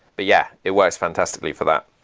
but yeah, it works fantastically for that.